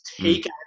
Take